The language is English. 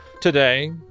Today